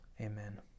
amen